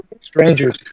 strangers